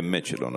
באמת שלא נהוג.